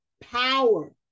power